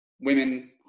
women